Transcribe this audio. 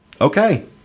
Okay